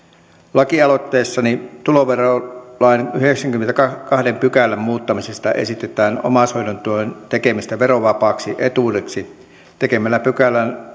lakialoitteessani tuloverolain yhdeksännenkymmenennentoisen pykälän muuttamisesta esitetään omaishoidon tuen tekemistä verovapaaksi etuudeksi tekemällä pykälään